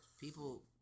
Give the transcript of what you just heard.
People